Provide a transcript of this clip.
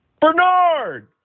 Bernard